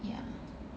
yeah